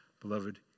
Beloved